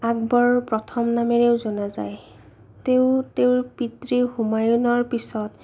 আকবৰৰ প্ৰথম নামেৰেও জনা যায় তেওঁ তেওঁৰ পিতৃ হুমায়ুনৰ পিছত